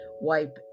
wipe